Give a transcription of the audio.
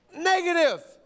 negative